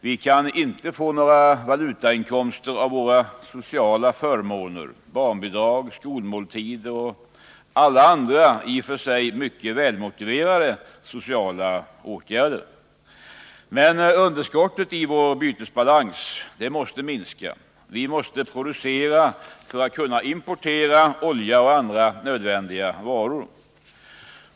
Vi kan inte få några valutainkomster av våra sociala förmåner, barnbidrag, skolmåltider och alla andra i och för sig mycket välmotiverade sociala åtgärder. Men underskottet i vår bytesbalans måste minska. Vi måste producera för att kunna importera olja och andra nödvändiga varor.